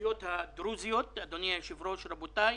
ברשויות הדרוזיות, אדוני היושב-ראש ורבותי,